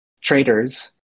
traders